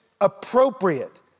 appropriate